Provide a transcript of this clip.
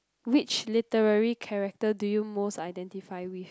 which literary character do you most identify with